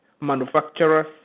manufacturers